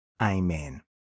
Amen